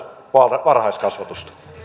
arvoisa puhemies